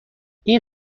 این